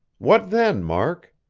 what then, mark?